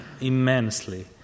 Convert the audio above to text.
immensely